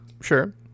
Sure